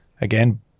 again